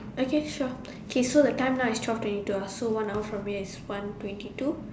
okay so okay so the time now is twelve twenty two ah so one hour from here is one twenty two